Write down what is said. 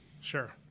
Sure